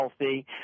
healthy